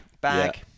Bag